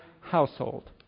household